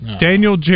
Daniel